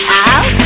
out